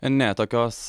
ne tokios